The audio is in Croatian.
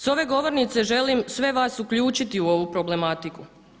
S ove govornice želim sve vas uključiti u ovu problematiku.